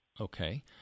Okay